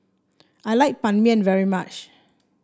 I like Ban Mian very much